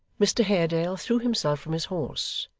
mr haredale threw himself from his horse,